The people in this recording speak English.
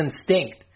instinct